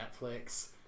Netflix